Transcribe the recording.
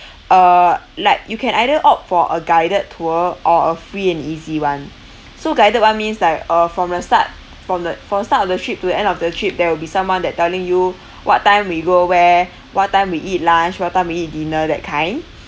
uh like you can either opt for a guided tour or a free and easy [one] so guided [one] means like uh from the start from the from the start of the trip to the end of the trip there will be someone that telling you what time we go where what time we eat lunch what time we eat dinner that kind